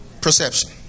perception